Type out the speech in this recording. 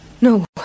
No